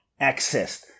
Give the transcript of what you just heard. accessed